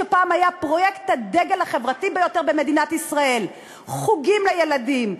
שפעם היה פרויקט הדגל החברתי ביותר במדינת ישראל חוגים לילדים,